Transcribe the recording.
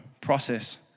process